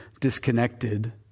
disconnected